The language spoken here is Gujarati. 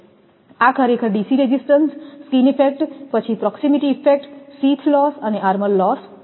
આ ખરેખર ડીસી રેઝિસ્ટન્સ સ્કીન ઇફેક્ટ પછી પ્રોકસીમીટી ઇફેક્ટ શીથ લોસ અને આર્મર લોસ છે